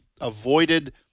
avoided